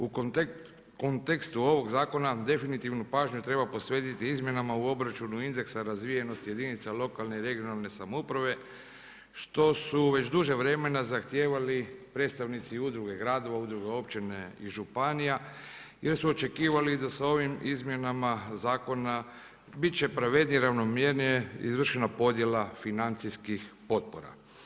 U kontekstu ovog zakona definitivnu pažnju treba posvetiti izmjenama u obračunu indeksa razvijenosti jedinica lokalne i regionalne samouprave što su već duže vremena zahtijevali predstavnici udruge gradova, udruge općina i županija jer su očekivali da sa ovim izmjenama zakona bit će pravednije i ravnomjernije izvršena podjela financijskih potpora.